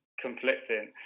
conflicting